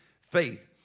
faith